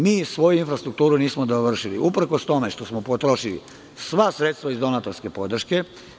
Mi svoju infrastrukturu nismo dovršili, uprkos tome što smo potrošili sva sredstva iz donatorske podrške.